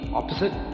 opposite